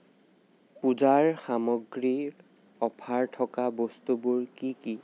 পূজাৰ সামগ্ৰীৰ অফাৰ থকা বস্তুবোৰ কি কি